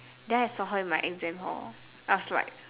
then I saw her in my exam hall I was like